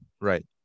Right